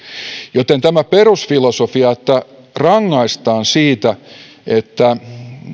joten tämä perusfilosofia että rangaistaan siitä että